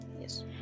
yes